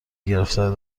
گرفتن